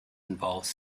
involves